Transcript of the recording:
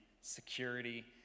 security